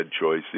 choice